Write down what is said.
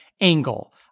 angle